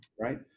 right